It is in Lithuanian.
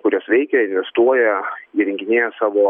kurios veikia investuoja įrenginėja savo